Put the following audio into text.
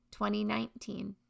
2019